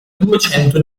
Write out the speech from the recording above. duecento